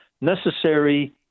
necessary